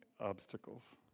obstacles